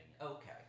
Okay